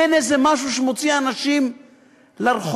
אין איזה משהו שמוציא אנשים לרחובות,